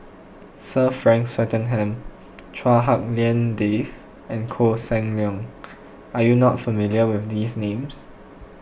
Sir Frank Swettenham Chua Hak Lien Dave and Koh Seng Leong are you not familiar with these names